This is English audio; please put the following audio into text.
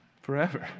forever